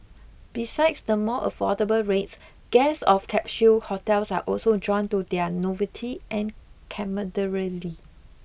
besides the more affordable rates guests of capsule hotels are also drawn to their novelty and camaraderie